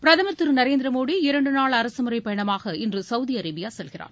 பிரதம் திரு நரேந்திர மோடி இரண்டு நாள் அரசமுறை பயணமாக இன்று சவுதி அரேபியா செல்கிறார்